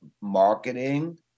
marketing